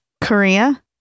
Korea